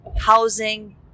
housing